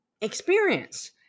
experience